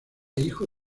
hijo